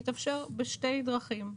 יתאפשר בשתי דרכים.